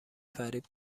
فریب